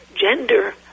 gender